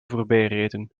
voorrijden